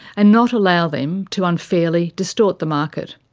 and not allow them to unfairly distort the market,